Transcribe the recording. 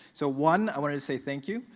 so one, i wanted to say thank you.